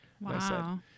Wow